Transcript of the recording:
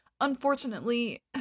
Unfortunately